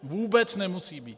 Vůbec nemusí být!